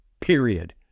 Period